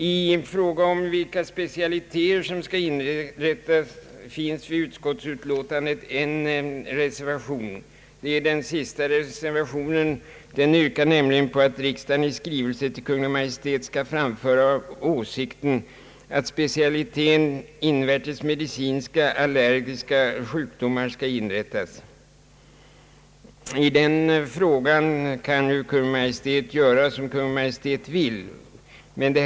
I utskottsutlåtandet finns en reservation som gäller vilka specialiteter som skall inrättas. Det är reservation 3, som yrkar på att riksdagen i skrivelse till Kungl. Maj:t skall framföra åsikten att specialiteten internmedicinska allergisjukdomar skall inrättas. I den frågan kan ju Kungl. Maj:t göra som Kungl. Maj:t vill.